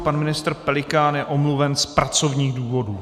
Pan ministr Pelikán je omluven z pracovních důvodů.